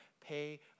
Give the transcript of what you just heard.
pay